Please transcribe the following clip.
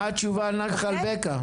מה התשובה על נחל בקע?